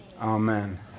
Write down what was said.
Amen